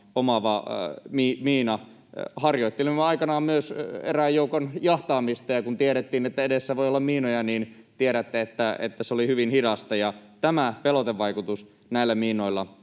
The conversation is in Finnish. omaava miina. Harjoittelimme aikanaan myös erään joukon jahtaamista, ja kun tiedettiin, että edessä voi olla miinoja, niin tiedätte, että se oli hyvin hidasta. Tämä pelotevaikutus näillä miinoilla